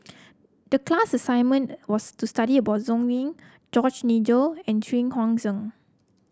the class assignment was to study about Sng Yee George Nigel and Xu Yuan Zhen